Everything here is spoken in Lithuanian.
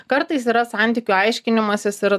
kartais yra santykių aiškinimasis ir